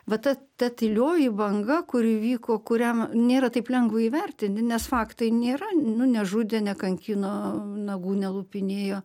va ta ta tylioji banga kuri vyko kuriam nėra taip lengva įvertinti nes faktai nėra nu nežudė nekankino nagų nelupinėjo